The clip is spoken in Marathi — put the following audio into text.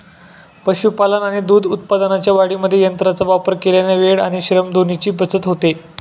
पशुपालन आणि दूध उत्पादनाच्या वाढीमध्ये यंत्रांचा वापर केल्याने वेळ आणि श्रम दोन्हीची बचत होते